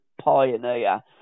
pioneer